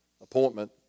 appointment